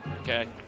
Okay